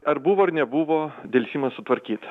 ar buvo ar nebuvo delsimas sutvarkyti